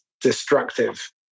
destructive